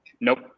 Nope